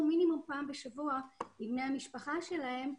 מינימום פעם בשבוע עם בני המשפחה שלהם,